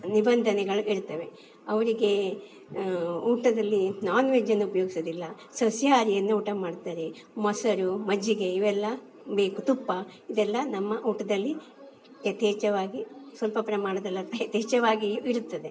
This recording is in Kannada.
ನಿಬಂಧನೆಗಳು ಇರ್ತವೆ ಅವರಿಗೇ ಊಟದಲ್ಲಿ ನಾನ್ ವೆಜ್ಜನ್ನು ಉಪಯೋಗಿಸೋದಿಲ್ಲ ಸಸ್ಯಾಹಾರಿಯನ್ನು ಊಟ ಮಾಡ್ತಾರೆ ಮೊಸರು ಮಜ್ಜಿಗೆ ಇವೆಲ್ಲ ಬೇಕು ತುಪ್ಪ ಇದೆಲ್ಲ ನಮ್ಮ ಊಟದಲ್ಲಿ ಯಥೇಚ್ಛವಾಗಿ ಸ್ವಲ್ಪ ಪ್ರಮಾಣದಲ್ಲಿ ಅದು ಯಥೇಚ್ಛವಾಗಿ ಇರುತ್ತದೆ